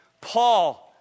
Paul